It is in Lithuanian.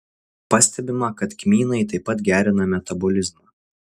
pastebima kad kmynai taip pat gerina metabolizmą